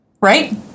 right